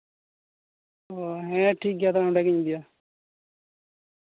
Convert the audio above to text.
ᱚ ᱴᱷᱤᱠ ᱜᱮᱭᱟ ᱛᱚᱵᱮ ᱱᱚᱰᱮ ᱜᱤᱧ ᱤᱫᱤᱭᱟ